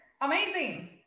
Amazing